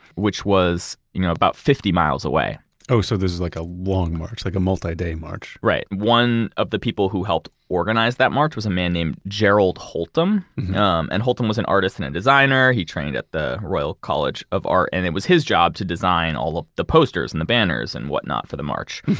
which was you know about fifty miles away oh. so this is like a long march. like a multi-day march right. one of the people who helped organize that march was a man named gerald holtom um and holtom was an artist and a designer. he trained at the royal college of art and it was his job to design all the posters and the banners and whatnot for the march.